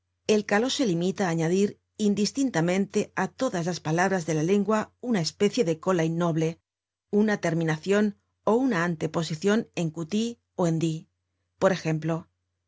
el caló se limita á añadir indistintamente á todas las palabras de la lengua una especie de cola innoble una terminacion ó una anteposicion en cuti ó en di por ejemplo tite